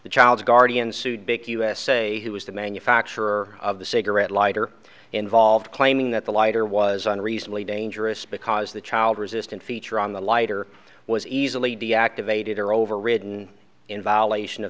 the child's guardian sued big usa who was the manufacturer of the cigarette lighter involved claiming that the lighter was on recently dangerous because the child resistant feature on the lighter was easily deactivated or overridden in violation of